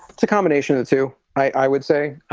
it's a combination of two. i would say,